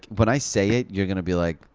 but i say it, you're gonna be like,